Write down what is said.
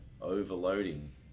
overloading